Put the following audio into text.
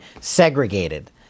segregated